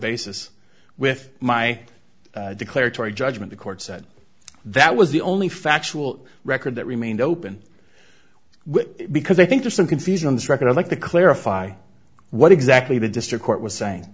basis with my declaratory judgment the court said that was the only factual record that remained open which because i think there's some confusion on this record i'd like to clarify what exactly the district court was saying